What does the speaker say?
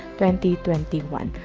twenty twenty one.